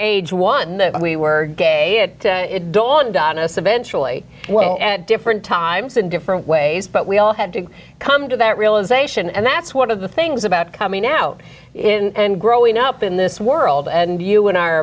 age one we were gay it dawned on us eventually at different times in different ways but we all had to come to that realization and that's one of the things about coming out and growing up in this world and you and i are